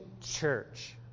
church